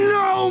no